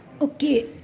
Okay